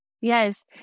Yes